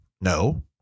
No